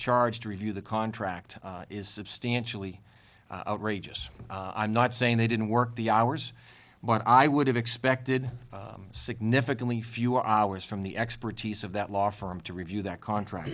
charged to review the contract is substantially outrageous i'm not saying they didn't work the hours but i would have expected significantly fewer hours from the expertise of that law firm to review that contract